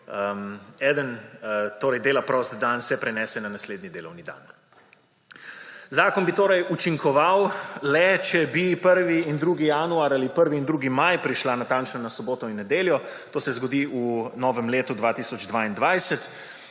njiju, torej dela prost dan, se prenese na naslednji delovni dan. Zakon bi torej učinkoval le, če bi 1. in 2. januar ali pa 1. in 2. maj prišla natančno na soboto in nedeljo, to se zgodi v novem letu 2022,